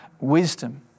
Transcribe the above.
wisdom